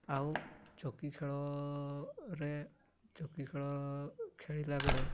ଆଉ ଚକି ଖେଳରେ ଚକି ଖେଳ ଖେଳିଲା ବେଳେ